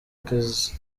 kazi